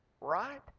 right